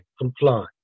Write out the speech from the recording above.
comply